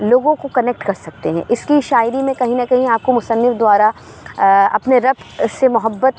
لوگوں کو کنیکٹ کر سکتے ہیں اس کی شاعری میں کہیں نہ کہیں آپ کو مصنف دوارا اپنے ربط سے محبت